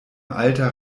alter